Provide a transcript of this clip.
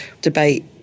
debate